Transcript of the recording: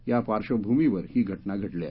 या पार्श्वभूमीवर ही घटना घडली आहे